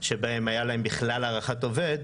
שבהן היה להם בכלל הערכת עובד,